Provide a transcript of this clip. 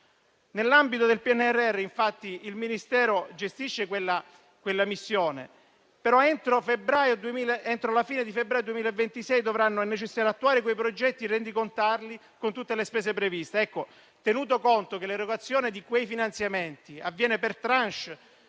Nell'ambito del PNRR, infatti, il Ministero gestisce quella missione, ma entro la fine di febbraio 2026 dovranno attuare quei progetti e rendicontarli con tutte le spese previste. Tenuto conto che l'erogazione di quei finanziamenti avviene per *tranche*